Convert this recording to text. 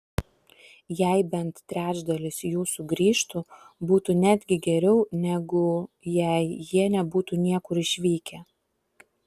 jei bent trečdalis jų sugrįžtų būtų netgi geriau negu jei jie nebūtų niekur išvykę